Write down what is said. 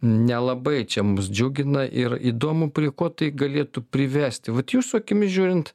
nelabai čia mus džiugina ir įdomu prie ko tai galėtų privesti vat jūsų akimis žiūrint